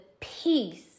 peace